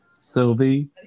Sylvie